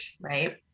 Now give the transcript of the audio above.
right